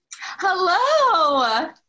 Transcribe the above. Hello